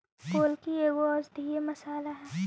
गोलकी एगो औषधीय मसाला हई